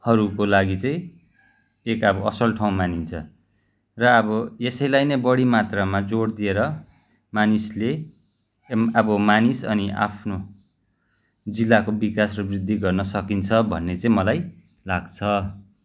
हरूको लागि चाहिँ त्यही त अब असल ठाउँ मानिन्छ र अब यसैलाई नै बडी मात्रामा जोड दिएर मानिसले अब मानिस अनि आफ्नो जिल्लाको विकास र वृद्धि गर्न सकिन्छ भन्ने चाहिँ मलाई लाग्छ